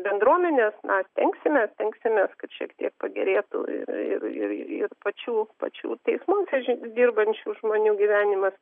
bendruomenės na stengsimės stengsimės kad šiek tiek pagerėtų ir ir ir pačių pačių teismuose dirbančių žmonių gyvenimas